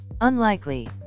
Unlikely